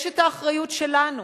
יש את האחריות שלנו,